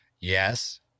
yes